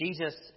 Jesus